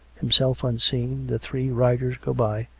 himself unseen, the three riders go by,